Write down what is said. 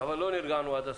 אבל לא נרגענו עד הסוף,